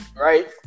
right